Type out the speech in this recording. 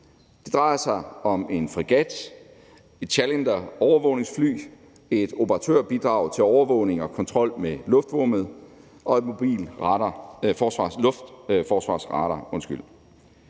Det drejer sig om en fregat, et challengerovervågningsfly, et operatørbidrag til overvågning og kontrol med luftrummet og en mobil luftforsvarsradar.